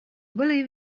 believe